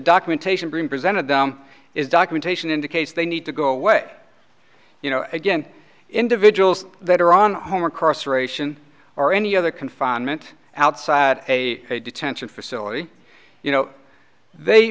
documentation presented them is documentation indicates they need to go away you know again individuals that are on home across aeration or any other confinement outside a detention facility you know they